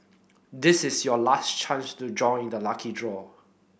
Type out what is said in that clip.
this is your last chance to join the lucky draw